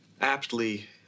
aptly